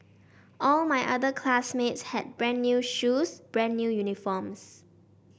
all my other classmates had brand new shoes brand new uniforms